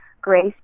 grace